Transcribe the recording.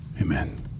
Amen